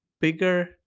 bigger